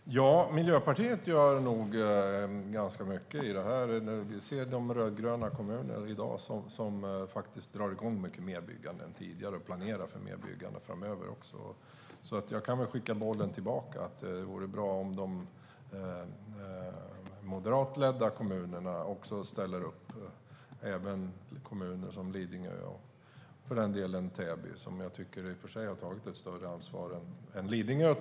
Fru talman! Miljöpartiet gör nog ganska mycket. Rödgröna kommuner drar igång mycket mer byggande än tidigare och planerar för mer byggande framöver. Jag kan skicka bollen tillbaka genom att säga att det vore bra om de moderatledda kommunerna också ställde upp. Det gäller även kommuner som Lidingö och Täby. Täby har i och för sig tagit ett större ansvar än Lidingö.